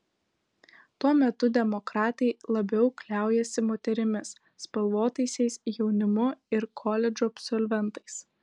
tuo metu demokratai labiau kliaujasi moterimis spalvotaisiais jaunimu ir koledžų absolventais